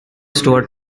stuart